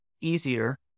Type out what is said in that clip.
easier